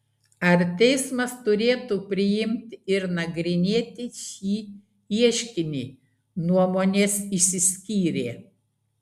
ar teismas turėtų priimti ir nagrinėti šį ieškinį nuomonės išsiskyrė